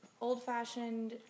Old-fashioned